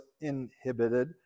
inhibited